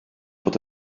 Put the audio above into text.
bod